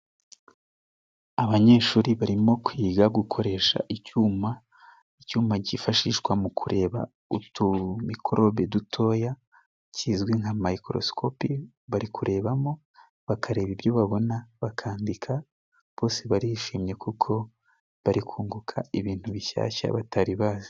Abanyeshuri barimo kwiga gukoresha icyuma, icyuma cyifashishwa mu kureba utumikorobe dutoya kizwi nka mayikorosikopi, bari kurebamo bakareba, ibyo babona bakandika. Bose barishimye kuko bari kunguka ibintu bishyashya batari bazi.